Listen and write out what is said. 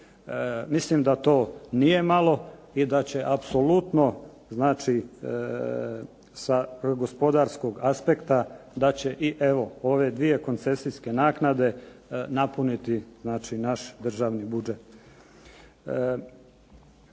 Mislim da to nije malo i da će apsolutno sa gospodarskog aspekta i ove dvije koncesijske naknade napuniti naš državni budžet.